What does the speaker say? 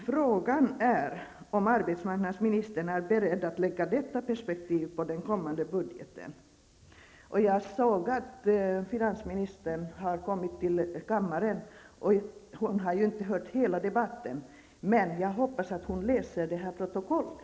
Frågan är om arbetsmarknadsministern är beredd att lägga detta perspektiv på den kommande budgeten. Jag ser att finansministern har kommit till kammaren, och även om hon inte har hört hela debatten hoppas jag att hon läser protokollet.